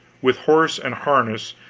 with horse and harness,